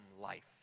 life